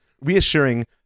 reassuring